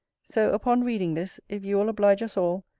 so, upon reading this, if you will oblige us all,